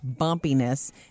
bumpiness